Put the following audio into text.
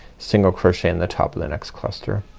single crochet in the top of the next cluster.